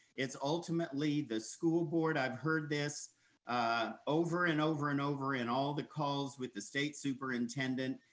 it's ultimately the school board. i've heard this ah over and over and over in all the calls with the state superintendent,